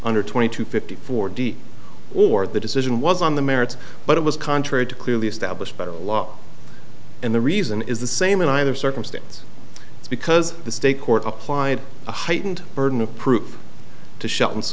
under twenty two fifty four d or the decision was on the merits but it was contrary to clearly established federal law and the reason is the same in either circumstance because the state court applied a heightened burden of proof to shut ins